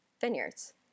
vineyards